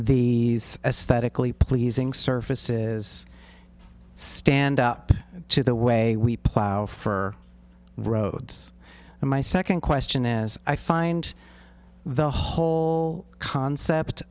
the aesthetically pleasing surface is stand up to the way we plow for roads and my second question is i find the whole concept